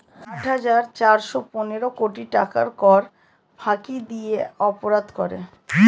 আট হাজার চারশ পনেরো কোটি টাকার কর ফাঁকি দিয়ে অপরাধ করে